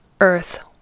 earth